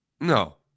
No